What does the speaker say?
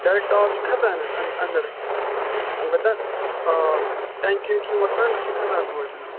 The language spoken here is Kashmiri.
ڈایریٚٹہٕ آب چھِ کھژان أسۍ اَنٛدَر اَلبتہ آ ٹیٚنٛکِیَن چھُنہٕ وَسان نَہ چھِ کھژان توٗر جناب